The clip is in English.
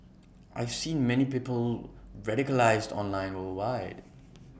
I've seen many people radicalised online worldwide